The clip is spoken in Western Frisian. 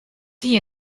hie